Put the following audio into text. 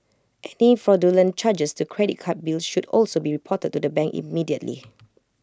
any fraudulent charges to credit card bills should also be reported to the bank immediately